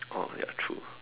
oh ya true